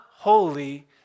holy